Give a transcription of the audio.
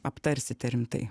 aptarsite rimtai